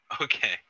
Okay